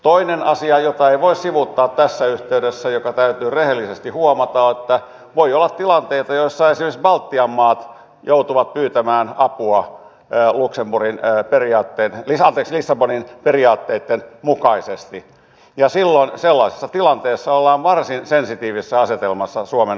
toinen asia jota ei voi sivuuttaa tässä yhteydessä ja joka täytyy rehellisesti huomata on se että voi olla tilanteita joissa esimerkiksi baltian maat joutuvat pyytämään apua lissabonin periaatteitten mukaisesti ja silloin sellaisessa tilanteessa ollaan varsin sensitiivisessä asetelmassa suomen osalta